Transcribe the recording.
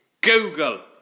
Google